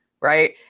right